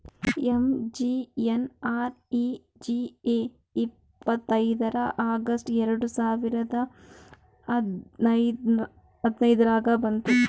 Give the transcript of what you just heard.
MGNREGA ಇಪ್ಪತ್ತ್ಮೂರ್ August ಎರಡು ಸಾವಿರದ ಐಯ್ದುರ್ನಾಗ್ ಬಂತು